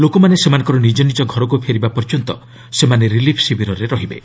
ଲୋକମାନେ ସେମାନଙ୍କ ନିଜ ନିଜ ଘରକୁ ଫେରିବା ପର୍ଯ୍ୟନ୍ତ ସେମାନେ ରିଲିଫ୍ ଶିବିରରେ ରହିବେ